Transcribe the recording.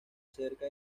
cerca